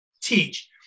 teach